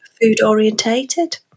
food-orientated